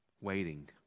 Waiting